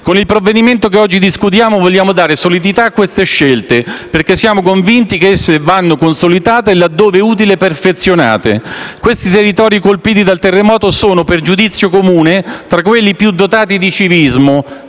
Con il provvedimento che oggi discutiamo vogliamo dare solidità a tali scelte perché siamo convinti che esse vadano consolidate e, laddove sia utile, perfezionate. I territori colpiti dal terremoto sono, per giudizio comune, tra quelli più dotati di civismo